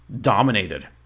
dominated